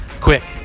Quick